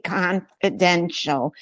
confidential